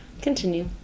Continue